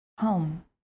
Home